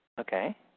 Okay